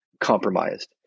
compromised